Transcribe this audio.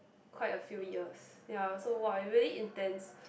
quite a few years ya so !wah! it's very intense